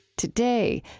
today,